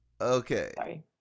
Okay